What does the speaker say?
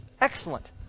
Excellent